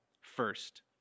first